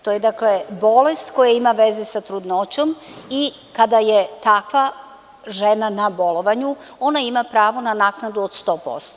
To je dakle bolest koja ima veze sa trudnoćom i kada je takva žena na bolovanju, ona ima pravo na naknadu od 100%